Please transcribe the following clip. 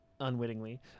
unwittingly